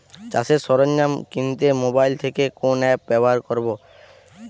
চাষের সরঞ্জাম কিনতে মোবাইল থেকে কোন অ্যাপ ব্যাবহার করব?